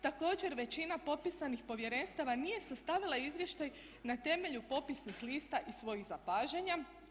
Također većina popisanih povjerenstava nije sastavila izvještaj na temelju popisnih lista i svojih zapažanja.